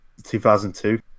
2002